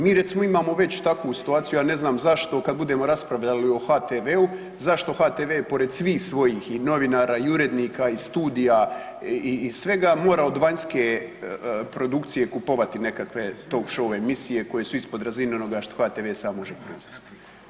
Mi recimo imamo već takvu situaciju, ja ne znam zašto kada budemo raspravljali od HTV-u zašto HTV-e pored svih svojih i novinara, i urednika, i studija i svega mora od vanjske produkcije kupovati nekakve talk show emisije koje su ispod razine onoga što HTV-e sam može proizvesti?